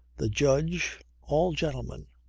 the judge all gentlemen